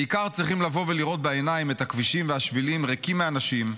בעיקר צריכים לבוא ולראות בעיניים את הכבישים והשבילים ריקים מאנשים,